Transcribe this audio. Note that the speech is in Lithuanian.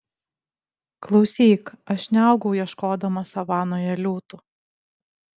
klausyk aš neaugau ieškodamas savanoje liūtų